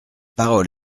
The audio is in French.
parole